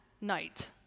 night